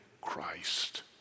Christ